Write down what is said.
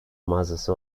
mağazası